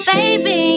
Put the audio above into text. Baby